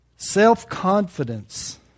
Self-confidence